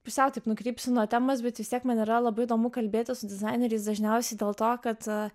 pusiau taip nukrypsiu nuo temos bet vis tiek man yra labai įdomu kalbėtis su dizaineriais dažniausiai dėl to kad